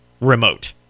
remote